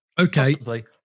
Okay